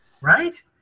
right